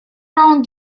раунд